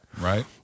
Right